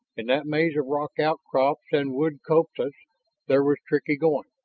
in that maze of rock outcrops and wood copses there was tricky going.